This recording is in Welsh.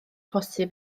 posib